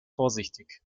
vorsichtig